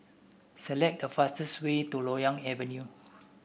select the fastest way to Loyang Avenue